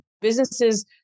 businesses